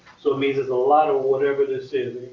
so it means there's a lot of whatever this is.